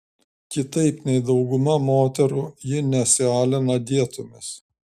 kitaip nei dauguma moterų ji nesialina dietomis